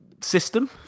system